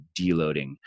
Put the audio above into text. deloading